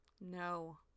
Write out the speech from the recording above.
No